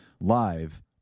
live